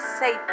say